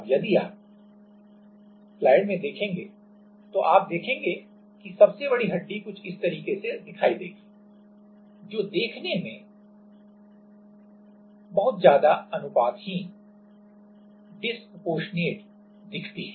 अब यदि आप स्लाइड में देखेंगे तो आप देखेंगे कि सबसे बड़ी हड्डी कुछ इस तरह दिखाई देगी जो देखने में बहुत ज्यादा अनुपातहीन डिस्प्रपोसनेट disproportionate लगती है